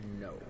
No